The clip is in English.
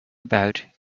about